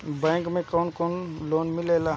Bank से कौन कौन लोन मिलेला?